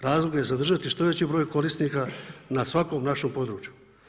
Razlog je zadržati što veći broj korisnika na svakom našem području.